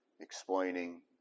Explaining